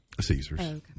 Caesars